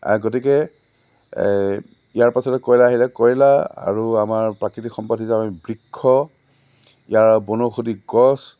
গতিকে ইয়াৰ পাছতে কয়লা আহিলে কয়লা আৰু আমাৰ প্ৰাকৃতিক সম্পাদ হিচাপে আমি বৃক্ষ ইয়াৰ বনৌষধী গছ